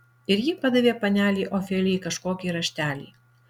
ir ji padavė panelei ofelijai kažkokį raštelį